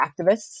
activists